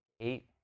eight